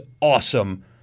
awesome